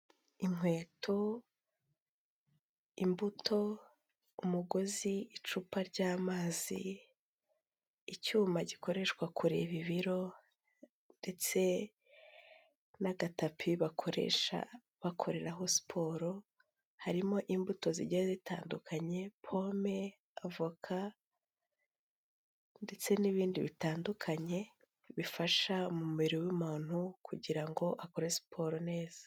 Inkweto, imbuto, umugozi, icupa ry'amazi, icyuma gikoreshwa kureba ibiro ndetse n'agatapi bakoresha bakoreraho siporo. harimo imbuto zigenda zitandukanye pome, avoka ndetse n'ibindi bitandukanye bifasha umubiri w'umuntu kugira akore siporo neza.